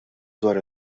dwar